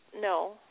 no